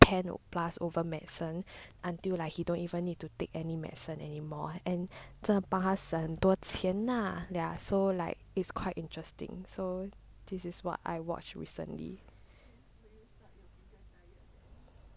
ten plus over medicine until like he don't even need to take any medicine anymore and 真的帮他省很多钱 lah ya so like is quite interesting so this is what I watch recently